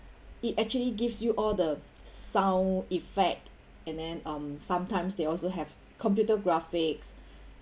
it actually gives you all the sound effect and then um sometimes they also have computer graphics